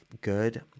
good